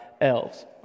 elves